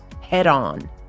head-on